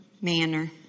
manner